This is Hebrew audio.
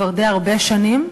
כבר די הרבה שנים,